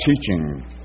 teaching